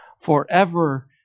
forever